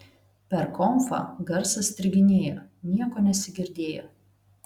per konfą garsas striginėjo nieko nesigirdėjo